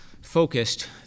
focused